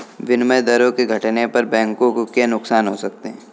विनिमय दरों के घटने पर बैंकों को क्या नुकसान हो सकते हैं?